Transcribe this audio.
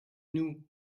nous